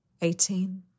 Eighteen